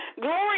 Glory